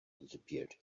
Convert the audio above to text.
disappeared